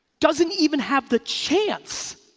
doesn't even have the chance